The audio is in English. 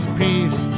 peace